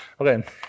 Okay